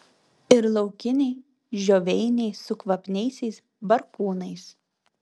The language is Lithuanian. ir laukiniai žioveiniai su kvapniaisiais barkūnais